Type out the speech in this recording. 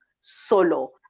solo